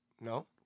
No